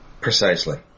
Precisely